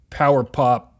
power-pop